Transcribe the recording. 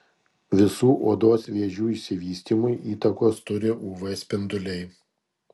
visų odos vėžių išsivystymui įtakos turi uv spinduliai